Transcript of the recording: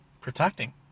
protecting